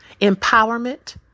empowerment